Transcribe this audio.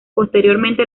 posteriormente